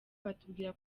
batubwira